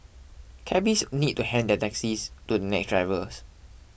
cabbies need to hand their taxis to the next drivers